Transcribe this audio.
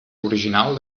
original